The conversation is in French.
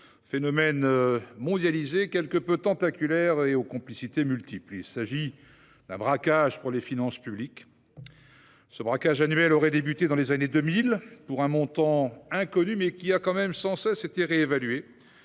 phénomène mondialisé et tentaculaire, aux complicités multiples. Il s'agit d'un braquage des finances publiques. Ce braquage annuel aurait débuté dans les années 2000 pour un montant inconnu, mais sans cesse réévalué.